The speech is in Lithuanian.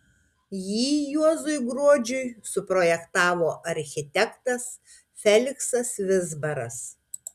jį juozui gruodžiui suprojektavo architektas feliksas vizbaras